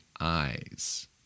eyes